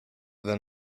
than